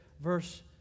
verse